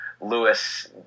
Lewis